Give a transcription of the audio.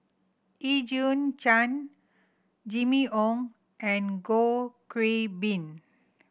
Eugene Chen Jimmy Ong and Goh Kiu Bin